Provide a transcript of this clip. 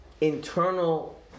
internal